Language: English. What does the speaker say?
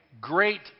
great